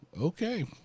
Okay